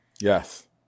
Yes